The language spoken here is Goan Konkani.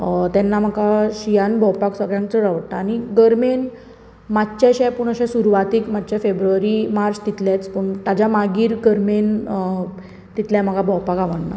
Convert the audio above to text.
तेन्ना म्हाका शिंयान भोंवपाक सगळ्यांत चड आवडटा आनी गर्मेन मातशें अशें पूण अशें सुरवातेक फेब्रुवारीन मार्च तितलेंच पूण ताचें मागीर गर्मेन तितलें म्हाकां भोंवपाक आवडना